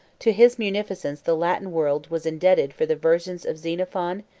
to his munificence the latin world was indebted for the versions of xenophon,